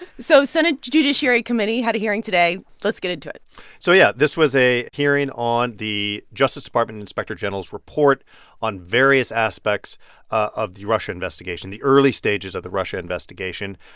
so senate judiciary committee had a hearing today. let's get into it so, yeah, this was a hearing on the justice department inspector general's report on various aspects of the russia investigation, the early stages of the russia investigation.